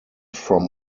from